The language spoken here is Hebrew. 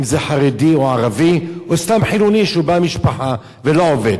אם זה חרדי או ערבי או סתם חילוני שהוא בעל משפחה ולא עובד.